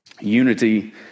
unity